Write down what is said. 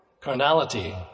carnality